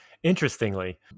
interestingly